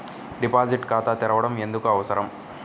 Deposit ఖాతా తెరవడం ఎందుకు అవసరం?